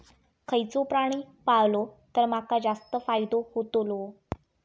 खयचो प्राणी पाळलो तर माका जास्त फायदो होतोलो?